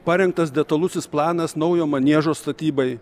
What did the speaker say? parengtas detalusis planas naujo maniežo statybai